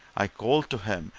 i called to him,